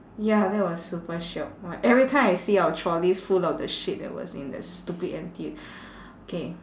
ya that was super shiok !wah! every time I see our trolleys full of the shit that was in the stupid N_T_U K